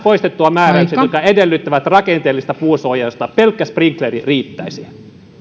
poistettua määräykset jotka edellyttävät rakenteellista puunsuojausta ja pelkkä sprinkleri riittäisi